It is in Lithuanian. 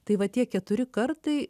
tai va tie keturi kartai